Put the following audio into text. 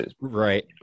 right